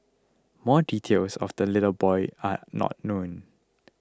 more details of the little boy are not known